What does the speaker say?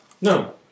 no